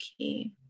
Okay